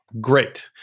Great